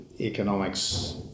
economics